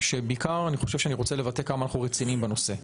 כשבעיקר אני רוצה לבטא עד כמה אנחנו רציניים בנושא.